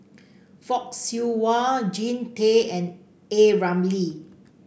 Fock Siew Wah Jean Tay and A Ramli